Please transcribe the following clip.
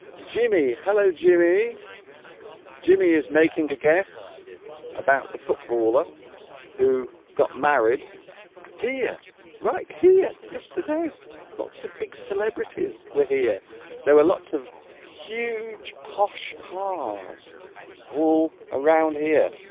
jimmy hello jimmy jimmy is making a guess about the footballer who got married here right here yesterday lots of big celebrities were here there were lots of huge posh cars all around here